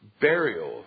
burial